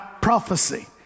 prophecy